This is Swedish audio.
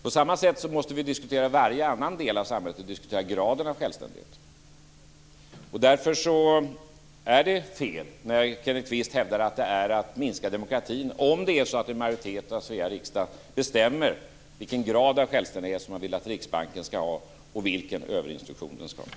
På samma sätt måste vi diskutera varje annan del av samhället och diskutera graden av självständighet. Därför är det fel när Kenneth Kvist hävdar att det är att minska demokratin om en majoritet av Sveriges riksdag bestämmer vilken grad av självständighet som man vill att Riksbanken skall ha och vilken överinstruktion den skall ha.